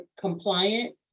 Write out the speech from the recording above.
compliant